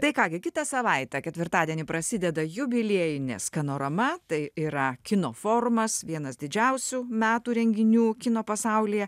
tai ką gi kitą savaitę ketvirtadienį prasideda jubiliejinė scanorama tai yra kino forumas vienas didžiausių metų renginių kino pasaulyje